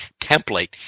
template